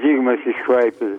zigmas iš klaipėdos